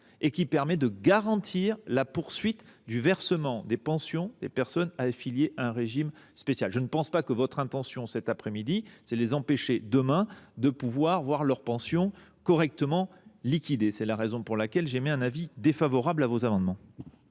et qui permet de garantir la poursuite du versement des pensions des personnes affiliées à un régime spécial. Je ne pense pas que votre intention, cet après midi, soit de les empêcher de voir demain leur pension correctement liquidée. Pour toutes ces raisons, j’émets un avis défavorable sur vos amendements.